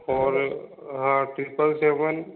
और हाँ triple seven